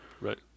Right